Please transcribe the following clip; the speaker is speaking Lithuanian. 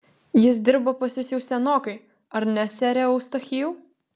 jis dirba pas jus jau senokai ar ne sere eustachijau